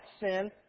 sin